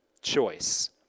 choice